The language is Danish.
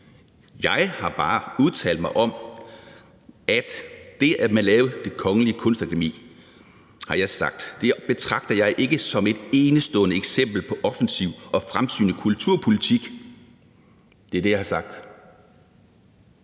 Jeg har bare udtalt mig om, at man lavede Det Kongelige Danske Kunstakademi. Jeg har sagt, at jeg ikke betragter det som et enestående eksempel på offensiv og fremsynet kulturpolitik. Det er det, jeg har sagt.